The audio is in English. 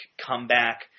comeback